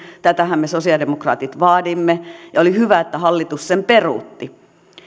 tätähän me sosialidemokraatit vaadimme ja oli hyvä että hallitus sen peruutti